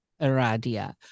Aradia